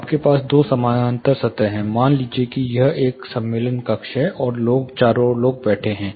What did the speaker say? आपके पास दो समानांतर सतह हैं मान लीजिए कि यह एक सम्मेलन कक्ष है और लोग चारों ओर बैठे हैं